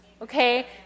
Okay